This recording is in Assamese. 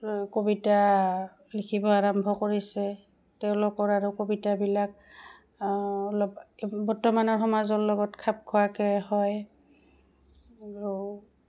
কবিতা লিখিব আৰম্ভ কৰিছে তেওঁলোকৰ আৰু কবিতাবিলাক অলপ বৰ্তমানৰ সমাজৰ লগত খাপ খোৱাকৈ হয় আৰু